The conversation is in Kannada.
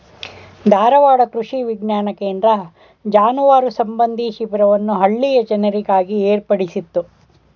ಧಾರವಾಡ ಕೃಷಿ ವಿಜ್ಞಾನ ಕೇಂದ್ರ ಜಾನುವಾರು ಸಂಬಂಧಿ ಶಿಬಿರವನ್ನು ಹಳ್ಳಿಯ ಜನರಿಗಾಗಿ ಏರ್ಪಡಿಸಿತ್ತು